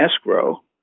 escrow